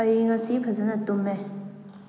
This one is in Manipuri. ꯑꯩ ꯉꯁꯤ ꯐꯖꯅ ꯇꯨꯝꯃꯦ